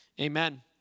Amen